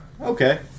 Okay